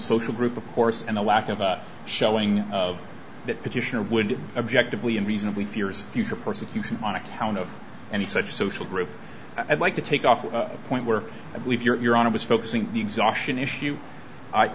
social group of course and the lack of a showing of that petition or would object of lee and reasonably fears future persecution on account of any such social group i'd like to take off the point where i believe you're on a bus focusing the exhaustion issue